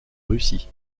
russie